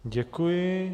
Děkuji.